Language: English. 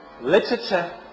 literature